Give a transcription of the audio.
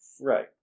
right